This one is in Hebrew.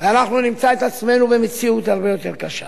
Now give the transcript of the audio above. ונמצא את עצמנו במציאות הרבה יותר קשה.